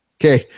okay